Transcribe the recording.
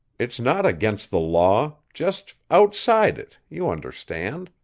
it's not against the law just outside it, you understand.